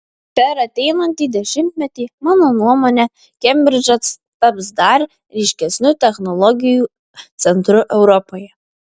per ateinantį dešimtmetį mano nuomone kembridžas taps dar ryškesniu technologijų centru europoje